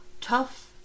tough